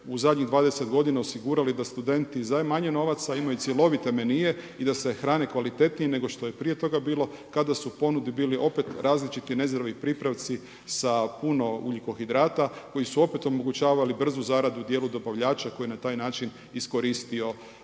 u zadnjih 20 godina osigurali da studenti za manje novaca imaju cjelovite menije i da se hrane kvalitetnije nego što je prije toga bilo kada su u ponudi bili opet različiti nezreli pripravci sa puno ugljikohidrata koji su opet omogućavali brzu zaradu dijelu dobavljača koji je na taj način iskoristio